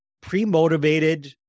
pre-motivated